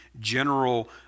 general